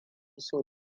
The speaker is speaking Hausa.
so